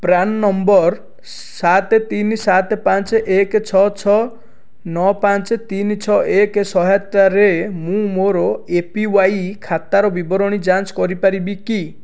PRAN number ସାତ ତିନି ସାତ ପାଞ୍ଚ ଏକ ଛଅ ଛଅ ନଅ ପାଞ୍ଚ ତିନି ଛଅ ଏକ ସହାୟତାରେ ମୁଁ ମୋର ଏପିୱାଇ ଖାତାର ବିବରଣୀ ଯାଞ୍ଚ କରିପାରିବି କି